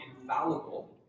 infallible